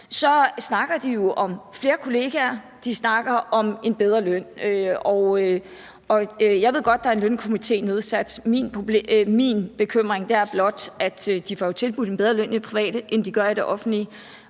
så snakker de jo om flere kollegaer, og de snakker om en bedre løn. Og jeg ved godt, at der er nedsat en Lønstrukturkomité. Min bekymring er blot, at de jo får tilbudt en bedre løn i det private, end de gør i det offentlige,